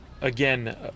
again